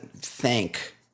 thank